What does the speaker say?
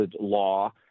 law